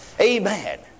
Amen